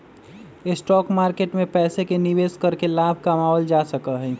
stock market में पैसे के निवेश करके लाभ कमावल जा सका हई